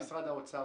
נשמע את משרד האוצר